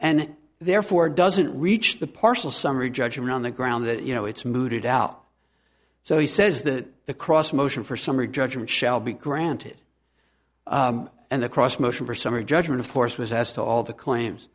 and therefore doesn't reach the partial summary judgment on the ground that you know it's mooted out so he says that the cross motion for summary judgment shall be granted and the cross motion for summary judgment of course was asked to all the claims